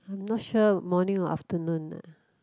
I'm not sure morning or afternoon uh